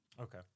Okay